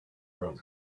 room